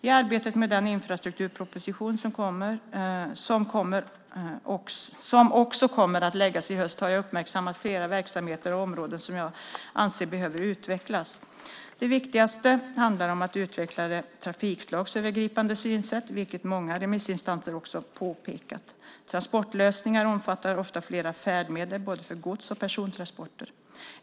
I arbetet med den infrastrukturproposition som också kommer att läggas fram i höst har jag uppmärksammat flera verksamheter och områden som jag anser behöver utvecklas. Det viktigaste handlar om att utveckla det trafikslagsövergripande synsättet, vilket många remissinstanser också påpekat. Transportlösningar omfattar ofta flera färdmedel både för gods och persontransporter.